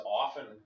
often